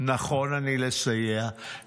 נכון אני לסייע,